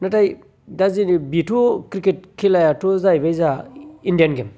नाथाय दा जेरै बिथ क्रिकेट खेलायाथ' जाहैबाय जोंहा इण्डियान गेम